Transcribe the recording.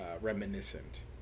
reminiscent